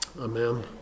Amen